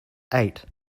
eight